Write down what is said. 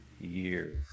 years